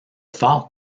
phare